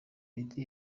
meddy